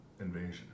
invasion